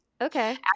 okay